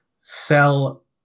sell